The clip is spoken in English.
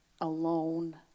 alone